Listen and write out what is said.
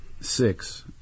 six